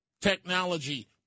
technology